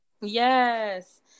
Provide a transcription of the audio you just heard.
Yes